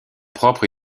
propre